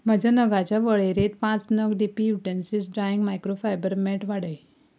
म्हजे नगाच्या वळेरेंत पांच नग D P utensils drying micro fiber mat वाडय